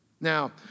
Now